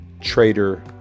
Trader